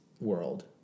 world